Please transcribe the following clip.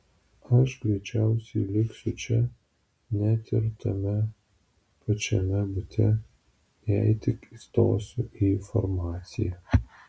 aš greičiausiai liksiu čia net ir tame pačiame bute jei tik įstosiu į farmaciją